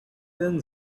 thin